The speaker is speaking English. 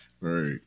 Right